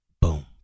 Boom